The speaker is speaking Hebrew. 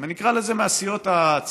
אני אקרא לזה מהסיעות הציוניות,